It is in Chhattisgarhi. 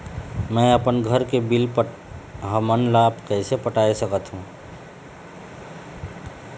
मैं अपन घर के बिल हमन ला कैसे पटाए सकत हो?